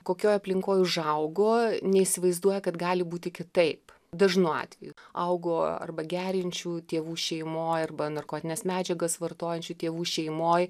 kokioj aplinkoj užaugo neįsivaizduoja kad gali būti kitaip dažnu atveju augo arba geriančių tėvų šeimoj arba narkotines medžiagas vartojančių tėvų šeimoj